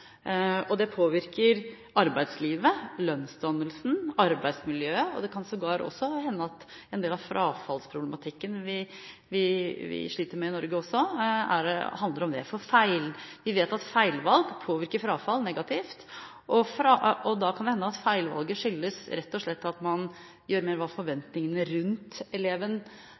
Det påvirker arbeidslivet, lønnsdannelsen og arbeidsmiljøet. Det kan sågar hende at en del av frafallsproblematikken vi sliter med i Norge, handler om det, for vi vet at feilvalg påvirker frafall negativt. Da kan det hende at feilvalget rett og slett skyldes forventningene eleven opplever – at det handler om det, og ikke hva